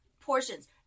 portions